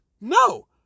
No